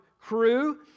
Crew